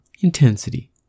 intensity